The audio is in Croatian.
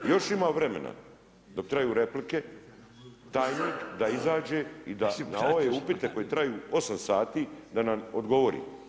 Još ima vremena dok traju replike tajnik da izađe i da na ove upite koji traju 8 sati da nam odgovori.